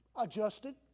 adjusted